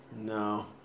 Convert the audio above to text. No